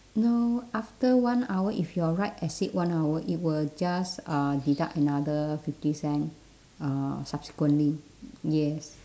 no after one hour if your ride exceed one hour it will just uh deduct another fifty cent uh subsequently yes